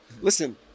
listen